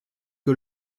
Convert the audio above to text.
que